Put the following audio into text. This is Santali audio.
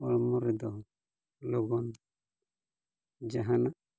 ᱦᱚᱲᱢᱚ ᱨᱮᱫᱚ ᱞᱚᱜᱚᱱ ᱡᱟᱦᱟᱱᱟᱜ